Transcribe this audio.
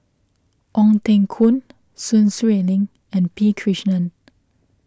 Ong Teng Koon Sun Xueling and P Krishnan